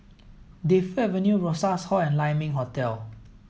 Defu Avenue Rosas Hall and Lai Ming Hotel